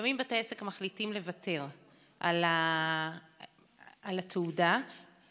לפעמים בתי עסק מחליטים לוותר על התעודה או